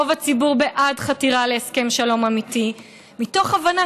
רוב הציבור בעד חתירה להסכם שלום אמיתי מתוך הבנה